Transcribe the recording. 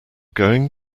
going